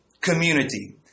community